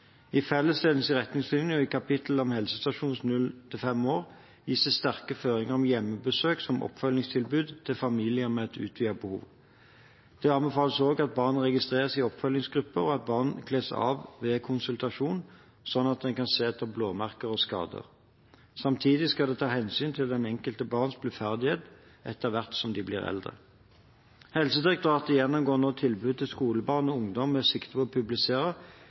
og deres familier. I fellesdelen til retningslinjene i kapitlet Helsestasjon 0–5 år gis det sterke føringer om hjemmebesøk som oppfølgingstilbud til familier med et utvidet behov. Det anbefales også at barnet registreres i oppfølgingsgrupper, og at barnet kles av ved konsultasjon, slik at en kan se etter blåmerker og skader. Samtidig skal det tas hensyn til det enkelte barns bluferdighet etter hvert som det blir eldre. Helsedirektoratet gjennomgår nå tilbud til skolebarn og ungdom med sikte på å publisere